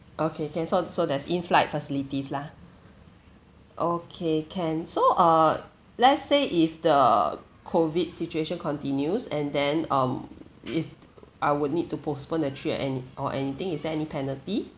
okay can so so there's in flight facilities lah okay can so err let's say if the COVID situation continues and then um if I would need to postpone the trip and or anything is there any penalty